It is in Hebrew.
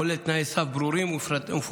הכולל תנאי סף ברורים ומפורטים.